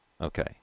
Okay